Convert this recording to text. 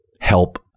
help